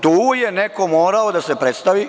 Tu je neko morao da se predstavi.